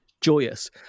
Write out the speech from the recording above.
joyous